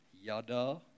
Yada